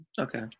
Okay